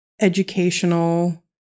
educational